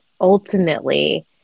ultimately